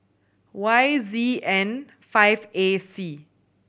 Y Z N five A C